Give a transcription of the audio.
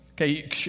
Okay